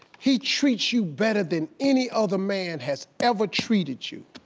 he treats you better than any other man has ever treated you.